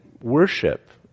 worship